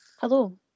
Hello